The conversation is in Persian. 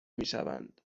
میشوند